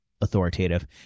authoritative